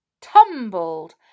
tumbled